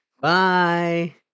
Bye